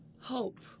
hope